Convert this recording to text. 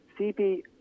CP